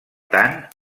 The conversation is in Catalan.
tant